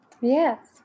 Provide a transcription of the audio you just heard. Yes